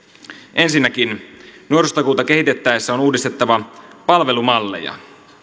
ensinnäkin nuorisotakuuta kehitettäessä on uudistettava palvelumalleja